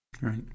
Right